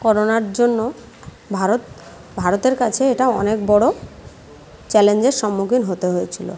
করোনার জন্য ভারত ভারতের কাছে এটা অনেক বড়ো চ্যালেঞ্জের সম্মুখীন হতে হয়েছিলো